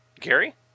gary